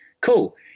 Cool